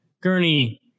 Gurney